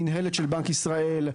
מינהלת של בנק ישראל.